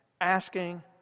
asking